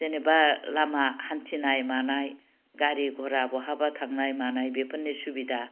जेनेबा लामा हान्थिनाय मानाय गारि घरा बहाबा थांनाय मानाय बेफोरनि सुबिदा